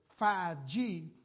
5G